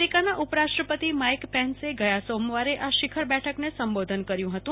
અમેરિકાના ઉપરાષ્ટ્રપતિ માઈક પેન્સે ગયા સોમવારે આ શિખર બેઠકને સંબોધન કર્યું હતું